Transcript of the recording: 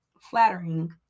flattering